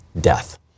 death